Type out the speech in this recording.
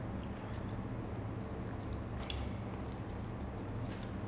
sort of lah ஆனா:aana you just go anywhere it's like a key that opens any door